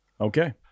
Okay